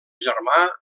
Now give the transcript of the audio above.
germà